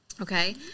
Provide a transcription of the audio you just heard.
okay